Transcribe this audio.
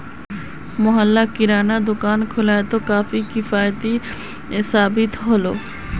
मोहल्लात किरानार दुकान खोलवार काफी किफ़ायती साबित ह ले